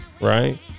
right